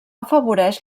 afavoreix